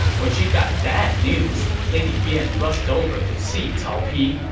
when she got that news, lady bian rushed over to see cao pi,